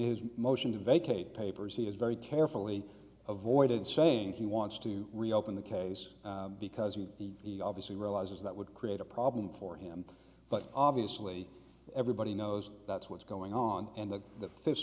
his motion to vacate papers he has very carefully avoided saying he wants to reopen the case because he obviously realizes that would create a problem for him but obviously everybody knows that's what's going on and that the fi